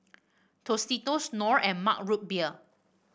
Tostitos Knorr and Mug Root Beer